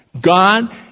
God